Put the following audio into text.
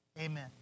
Amen